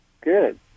Good